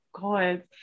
god